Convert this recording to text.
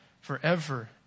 forever